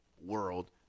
world